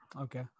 Okay